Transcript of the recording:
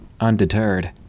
Undeterred